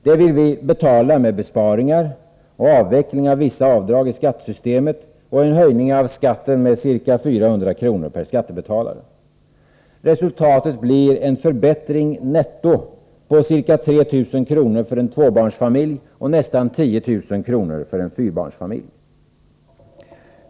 Det vill vi betala med besparingar, avveckling av vissa avdrag i skattesystemet och en höjning av skatten med ca 400 kr. per skattebetalare. Resultatet blir en förbättring netto på ca 3 000 kr. för en tvåbarnsfamilj och nästan 10 000 kr. för en fyrabarnsfamilj.